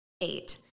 eight